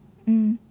mm